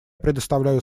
предоставляю